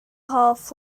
hoff